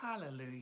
hallelujah